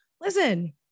listen